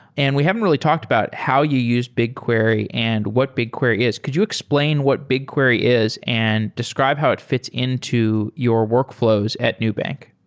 and we haven't really talked about how you use bigquery and what bigquery is. could you explain what bigquery is and describe how it fi ts into your workfl ows at nubank?